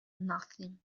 nothing